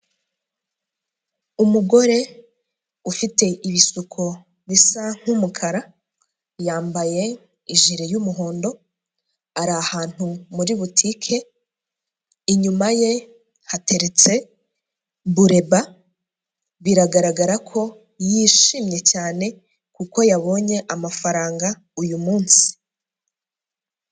Umugore ufite ibisuko bisa nk'umukara, yambaye ijire y'umuhondo, ari ahantu muri butike, inyuma ye hateretse bureba, biragaragara ko yishimye cyane kuko yabonye amafaranga uyu munsi.